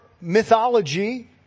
mythology